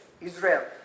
Israel